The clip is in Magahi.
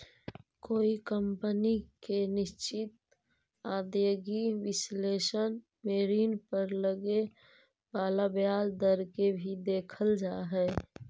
कोई कंपनी के निश्चित आदाएगी विश्लेषण में ऋण पर लगे वाला ब्याज दर के भी देखल जा हई